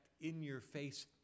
in-your-face